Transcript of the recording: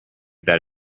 that